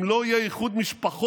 אם לא יהיה איחוד משפחות